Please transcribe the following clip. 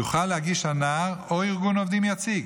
יוכל להגיש הנער או ארגון עובדים יציג